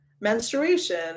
menstruation